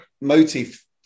motif